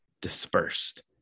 dispersed